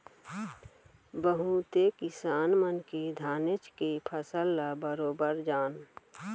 बहुते किसान मन के धानेच के फसल ल बरोबर जान